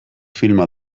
filma